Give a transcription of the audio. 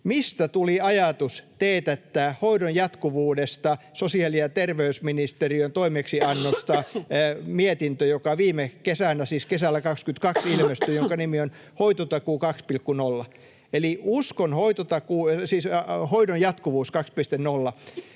mistä tuli ajatus teetättää hoidon jatkuvuudesta sosiaali‑ ja terveysministeriön toimeksiannosta mietintö, joka viime kesänä, siis kesällä 22, ilmestyi ja jonka nimi on ”Hoidon jatkuvuus 2.0”? Eli uskon tähän hoidon jatkuvuuteen,